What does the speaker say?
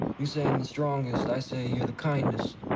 you say i'm the strongest. i say you're the kindest.